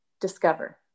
discover